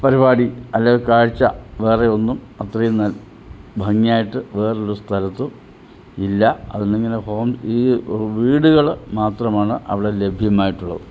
പരിപാടി അല്ലേൽ കാഴ്ച്ച വേറെയൊന്നും അത്രയൊന്നും ഭംഗിയായിട്ട് വേറൊരുസ്ഥലത്തും ഇല്ല അതിനിങ്ങനെ ഹോം ഈ വീടുകള് മാത്രമാണ് അവിടെ ലഭ്യമായിട്ടുള്ളത്